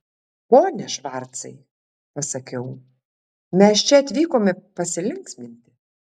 pone švarcai pasakiau mes čia atvykome pasilinksminti